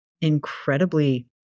incredibly